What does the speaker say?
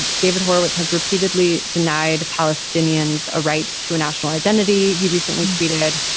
david horowitz has repeatedly denied palestinians a right to a national identity. he recently tweeted,